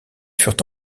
furent